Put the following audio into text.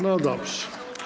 No dobrze.